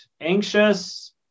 anxious